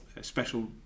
special